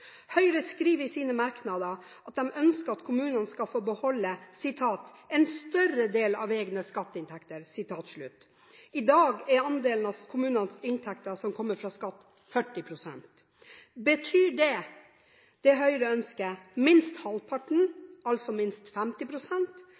Høyre skriver i sine merknader at de ønsker at kommunene skal få beholde «en større del av egne skatteinntekter». I dag er andelen av kommunenes inntekter som kommer fra skatt, 40 pst. Betyr det Høyre ønsker, minst halvparten,